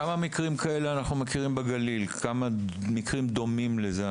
כמה מקרים כאלה או מקרים דומים לזה,